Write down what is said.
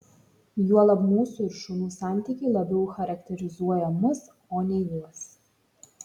juolab mūsų ir šunų santykiai labiau charakterizuoja mus o ne juos